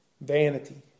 Vanity